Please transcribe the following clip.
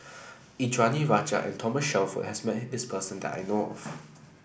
Indranee Rajah and Thomas Shelford has met this person that I know of